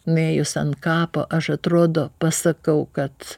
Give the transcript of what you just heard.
nuėjus ant kapo aš atrodo pasakau kad